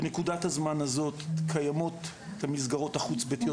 בנקודת הזמן הזאת קיימות המסגרות החוץ-ביתיות